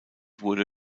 wurde